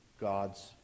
God's